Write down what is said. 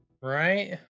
Right